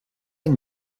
une